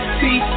see